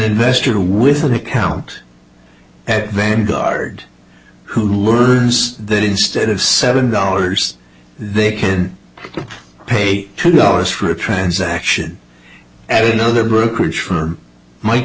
investor with an account at vanguard who learns that instead of seven dollars they can pay two dollars for a transaction and another brokerage firm might